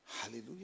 Hallelujah